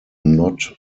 not